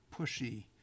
pushy